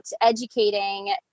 educating